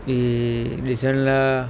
हीउ ॾिसण लाइ